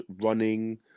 running